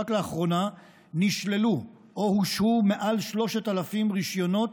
רק לאחרונה נשללו או הותלו מעל 3,000 רישיונות,